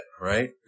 right